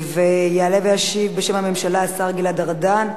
יעלה וישיב בשם ראש הממשלה השר גלעד ארדן.